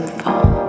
fall